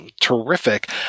terrific